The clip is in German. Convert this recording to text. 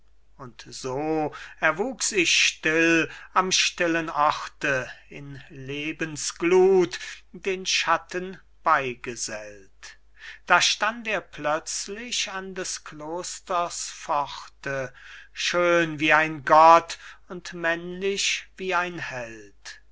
und so erwuchs ich still am stillen orte in lebens gluth den schatten beigesellt da stand er plötzlich an des klosters pforte schön wie ein gott und männlich wie ein held